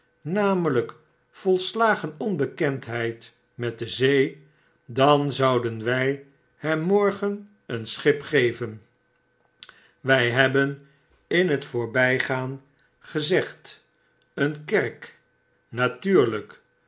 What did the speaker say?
dan zouden wy hem morgen een schip geven wy hebben in fc voorbygaan gezegd een kerk natuurlyk